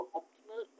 optimal